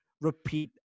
Repeat